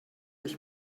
ich